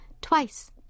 Twice